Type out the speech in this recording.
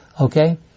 Okay